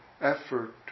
effort